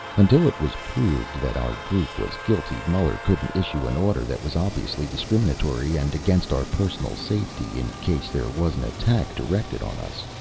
until it was proved that our group was guilty, muller couldn't issue an order that was obviously discriminatory and against our personal safety in case there was an attack directed on us.